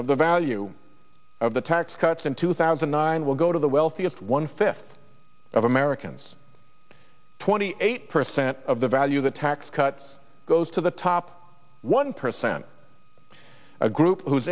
of the value of the tax cuts in two thousand nine will go to the wealthiest one fifth of americans twenty eight percent of the value of the tax cut goes to the top one percent a group who